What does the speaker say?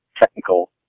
technical